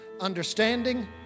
understanding